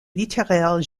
littéraires